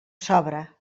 sobra